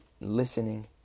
listening